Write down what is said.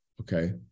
Okay